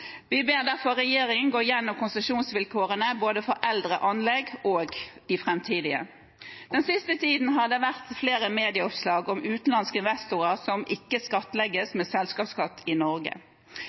Vi ber derfor regjeringen gå igjennom konsesjonsvilkårene for både eldre anlegg og de framtidige. Den siste tiden har det vært flere medieoppslag om utenlandske investorer som ikke skattlegges med selskapsskatt i Norge.